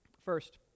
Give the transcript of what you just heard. First